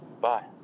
Bye